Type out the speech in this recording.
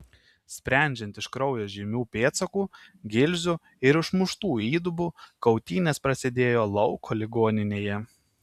sprendžiant iš kraujo žymių pėdsakų gilzių ir išmuštų įdubų kautynės prasidėjo lauko ligoninėje